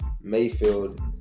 Mayfield